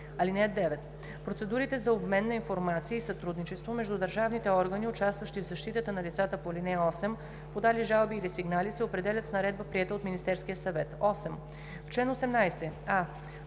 труда. (9) Процедурите за обмен на информация и сътрудничество между държавните органи, участващи в защитата на лицата по ал. 8, подали жалби или сигнали, се определят с наредба, приета от Министерския съвет.” 8. В чл.